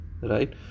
Right